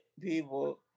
people